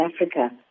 Africa